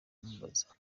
amubaza